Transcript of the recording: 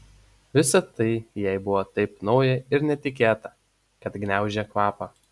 visa tai jai buvo taip nauja ir netikėta kad gniaužė kvapą